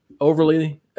overly